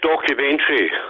documentary